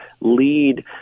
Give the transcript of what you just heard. lead